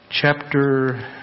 chapter